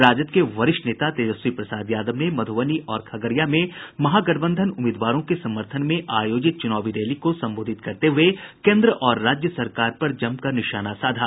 राजद के वरिष्ठ नेता तेजस्वी प्रसाद यादव ने मधुबनी और खगड़िया में महागठबंधन उम्मीदवारों के समर्थन में आयोजित चुनावी रैली को संबोधित करते हुए केन्द्र और राज्य सरकार पर जमकर निशाना साधा